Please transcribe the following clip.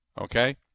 okay